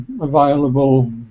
available